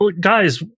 guys